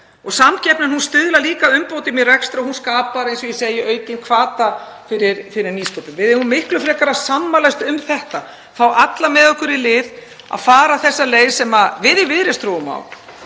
Samkeppni stuðlar líka að umbótum í rekstri og hún skapar, eins og ég segi, aukinn hvata fyrir nýsköpun. Við eigum miklu frekar að sammælast um þetta, fá alla með okkur í lið að fara þessa leið sem við í Viðreisn trúum á,